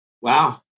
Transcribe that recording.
Wow